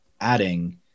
adding